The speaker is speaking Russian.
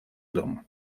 дому